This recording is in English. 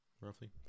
roughly